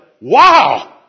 wow